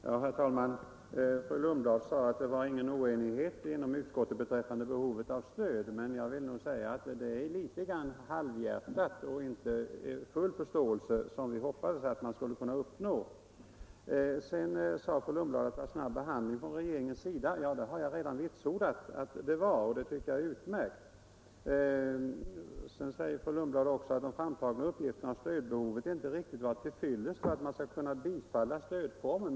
Herr talman! Fru Lundblad sade att det inte rådde någon oenighet inom utskottet beträffande behovet av stöd. Men utskottets uttalande är litet halvhjärtat, och man har inte, som vi hoppades, kunnat uppnå full förståelse. Sedan sade fru Lundblad att det varit snabb behandling från regeringens sida. Det har jag redan vitsordat, och jag tycker att det är utmärkt. Vidare säger fru Lundblad att de framtagna uppgifterna om stödbehovet inte riktigt var till fyllest för att man skall kunna tillstyrka stödformen.